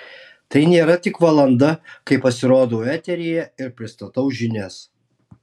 tai nėra tik valanda kai pasirodau eteryje ir pristatau žinias